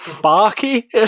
Barky